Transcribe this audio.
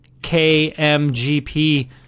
KMGP